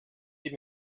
die